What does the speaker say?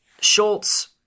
Schultz